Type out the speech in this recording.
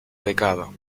pecado